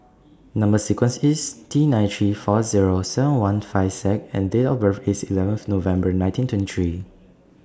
Number sequence IS T nine three four Zero seven one five Z and Date of birth IS eleventh November nineteen twenty three